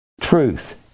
truth